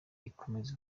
ikomeza